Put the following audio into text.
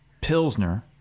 pilsner